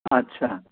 আচ্ছা